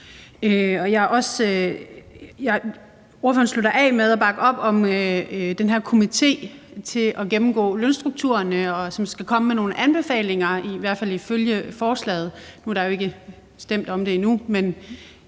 Ordføreren slutter af med at bakke op om den her komité til at gennemgå lønstrukturerne, og som skal komme med nogle anbefalinger – i hvert fald ifølge forslaget, for der er jo ikke stemt om det endnu. Men